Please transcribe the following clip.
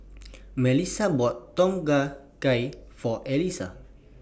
Mellisa bought Tom Kha Gai For Alissa